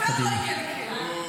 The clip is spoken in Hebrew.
בסדר, אבל לא